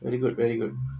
very good very good